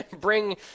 bring –